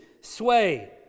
sway